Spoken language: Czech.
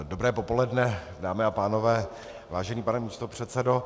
Dobré popoledne, dámy a pánové, vážený pane místopředsedo.